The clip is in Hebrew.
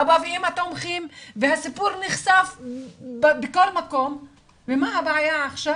אבא ואמא תומכים והסיפור נחשף בכל מקום ומה הבעיה עכשיו?